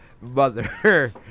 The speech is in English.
Mother